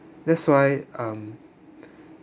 that's why um